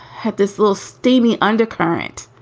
had this little steamy undercurrent